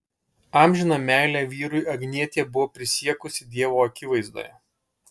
amžiną meilę vyrui agnietė buvo prisiekusi dievo akivaizdoje